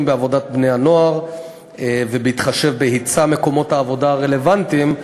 בעבודת בני-הנוער ובהתחשב בהיצע מקומות העובדה הרלוונטיים,